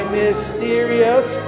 mysterious